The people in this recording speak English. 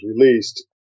released